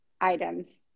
items